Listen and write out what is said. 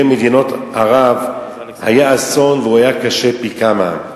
מדינות ערב היה אסון והוא היה קשה פי כמה.